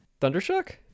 Thundershock